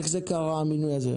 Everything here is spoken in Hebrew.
איך קרה המינוי הזה?